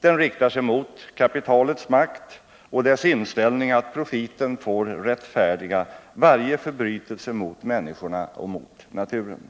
Den riktar sig mot kapitalets makt och dess inställning att profiten får rättfärdiga varje förbrytelse mot människorna och mot naturen.